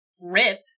rip